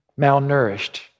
malnourished